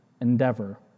endeavor